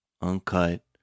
uncut